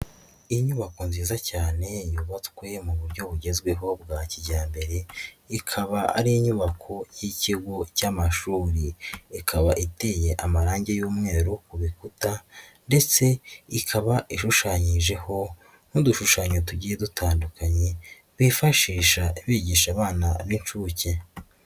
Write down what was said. Inyubako nziza cyane yubatswe mu buryo bugezweho bwa kijyambere ikaba ari inyubako y'ikigo cy'amashuri, ikaba iteye amarangi y'umweru ku bikuta ndetse ikaba ishushanyijeho n'udushushanyo tugiye dutandukanye bifashisha bigisha abana b'inshuke.